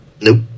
Nope